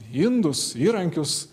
indus įrankius